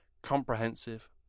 comprehensive